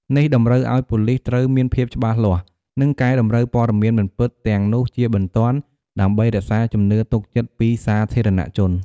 នេះតម្រូវឱ្យប៉ូលិសត្រូវ មានភាពច្បាស់លាស់ និងកែតម្រូវព័ត៌មានមិនពិត ទាំងនោះជាបន្ទាន់ ដើម្បីរក្សាជំនឿទុកចិត្តពីសាធារណជន។